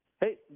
Hey